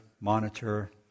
monitor